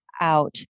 out